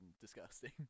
disgusting